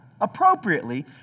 appropriately